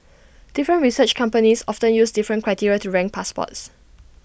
different research companies often use different criteria to rank passports